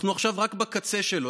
אנחנו עכשיו רק בקצה שלו,